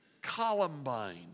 Columbine